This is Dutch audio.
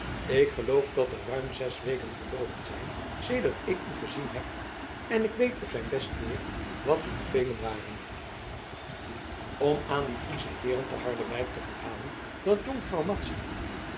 ik geloof dat er ruim zes weken verloopen zijn sedert ik u gezien heb en ik weet op zijn best meer wat die bevelen waren om aan die friesche heeren te harderwijk te verhalen dat